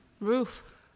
Roof